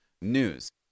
News